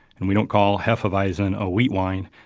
and we don't call hefeweizen a wheat wine.